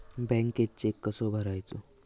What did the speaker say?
बँकेत चेक कसो भरायचो?